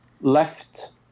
left